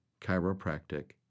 chiropractic